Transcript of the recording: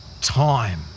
Time